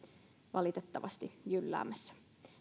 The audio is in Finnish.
valitettavasti jylläämässä